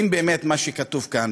אם באמת מה שכתוב כאן,